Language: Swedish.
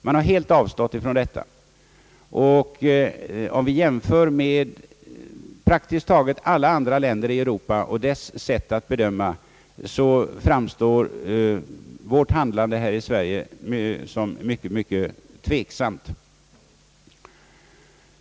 Man har helt avstått från detta, och om vi jämför med praktiskt taget alla länder i Europa och deras sätt att bedöma frågan, så framstår vårt hand lande här i Sverige som mycket tveksamt.